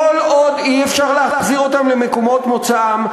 עוד אי-אפשר להחזיר אותם למקומות מוצאם.